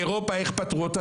באירופה איך פתרו אותה?